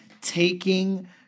taking